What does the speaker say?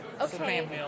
Okay